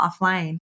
offline